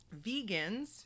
Vegans